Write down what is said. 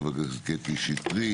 חברת הכנסת קטי שטרית,